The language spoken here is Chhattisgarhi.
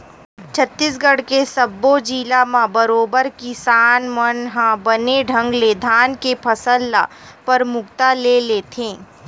छत्तीसगढ़ के सब्बो जिला म बरोबर किसान मन ह बने ढंग ले धान के फसल ल परमुखता ले लेथे